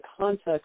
context